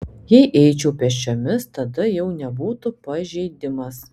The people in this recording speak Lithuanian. jei eičiau pėsčiomis tada jau nebūtų pažeidimas